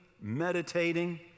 meditating